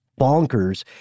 bonkers